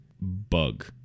bug